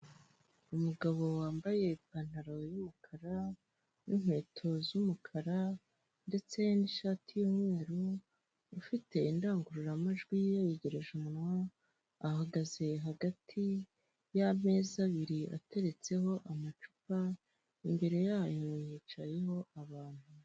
Umugabo wambaye ipantaro y'umukara n'inkweto z'umukara ndetse n'ishati y'umweru ufite indangururamajwi ye yegereje umunwa, ahagaze hagati y'ameza abiri ateretseho amacupa, imbere y'ayo hicayemo abantu.